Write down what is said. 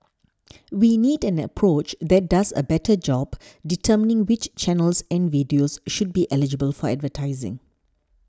we need an approach that does a better job determining which channels and videos should be eligible for advertising